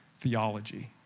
theology